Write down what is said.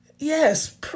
Yes